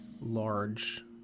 large